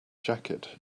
jacket